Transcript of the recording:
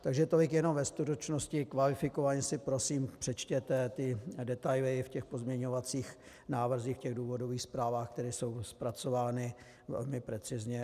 Takže tolik jenom ve stručnosti, kvalifikovaně si prosím přečtěte detaily v těch pozměňovacích návrzích, v důvodových zprávách, které jsou zpracovány velmi precizně.